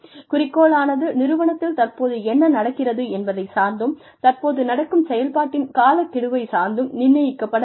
குறிக்கோளானது நிறுவனத்தில் தற்போது என்ன நடக்கிறது என்பதை சார்ந்தும் தற்போது நடக்கும் செயல்பாட்டின் காலக்கெடுவைச் சார்ந்தும் நிர்ணயிக்கப்பட வேண்டும்